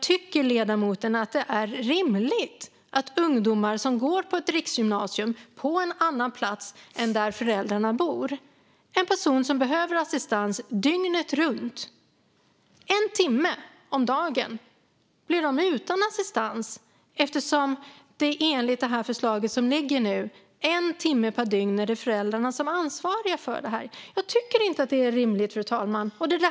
Tycker ledamoten att det är rimligt att ungdomar som går på ett riksgymnasium på en annan plats än där föräldrarna bor, ungdomar som behöver assistans dygnet runt, ska vara utan assistans en timma per dygn eftersom det enligt liggande förslag är föräldrarna som då är ansvariga? Jag tycker inte att det är rimligt, fru talman.